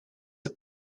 the